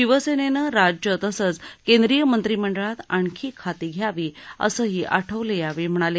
शिवसेनेनं राज्य तसंच केंद्रीय मंत्रिमंडळात आणखी खाती घ्यावी असंही आठवले यावेळी म्हणाले